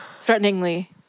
Threateningly